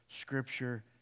Scripture